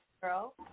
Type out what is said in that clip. girl